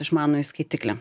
išmanųjį skaitiklį